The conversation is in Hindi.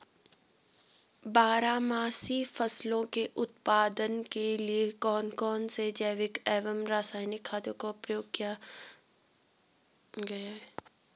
बारहमासी फसलों के उत्पादन के लिए कौन कौन से जैविक एवं रासायनिक खादों का प्रयोग किया जाता है?